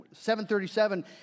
737